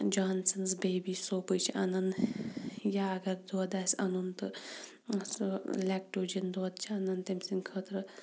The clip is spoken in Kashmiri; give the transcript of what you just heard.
جانسَنٕز بیبی صوپٕے چھِ اَنَان یا اَگَر دۄد آسہِ اَنُن تہٕ سُہ لیٚکٹوجَن دۄد چھِ اَنان تمۍ سٕنٛد خٲطرٕ